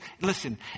listen